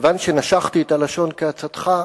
כיוון שנשכתי את הלשון כעצתך,